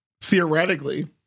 theoretically